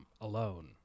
alone